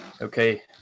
Okay